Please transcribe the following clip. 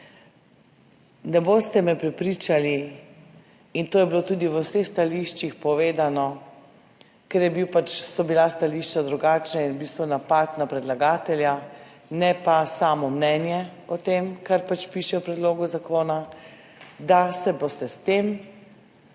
ne boste me prepričali, in to je bilo povedano tudi v vseh stališčih, ker so bila stališča drugačna in v bistvu napad na predlagatelja, ne pa samo mnenje o tem, kar piše v predlogu zakona, da se strinjate